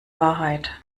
wahrheit